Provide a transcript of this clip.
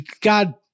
god